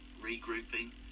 regrouping